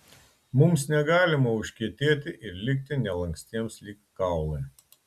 mums negalima užkietėti ir likti nelankstiems lyg kaulai